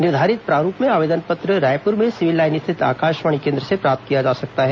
निर्धारित प्रारूप में आवेदन पत्र रायपुर में सिविल लाईन्स स्थित आकाशवाणी केन्द्र से प्राप्त किया जा सकता है